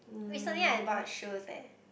recently I bought shoes leh